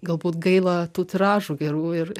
galbūt gaila tų tiražų gerų ir